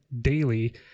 daily